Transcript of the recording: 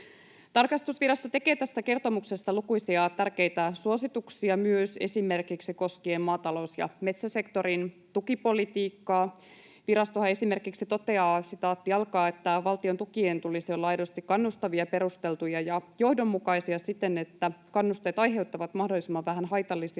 Tarkastusvirasto tekee tässä kertomuksessa lukuisia tärkeitä suosituksia myös esimerkiksi koskien maatalous- ja metsäsektorin tukipolitiikkaa. Virastohan esimerkiksi toteaa: ”Valtion tukien tulisi olla aidosti kannustavia, perusteltuja ja johdonmukaisia siten, että kannusteet aiheuttavat mahdollisimman vähän haitallisia